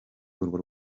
urwo